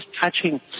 touching